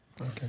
Okay